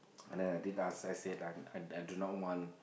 and then I did ask I said I do not want